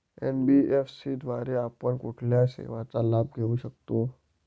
NBFC द्वारे आपण कुठल्या सेवांचा लाभ घेऊ शकतो?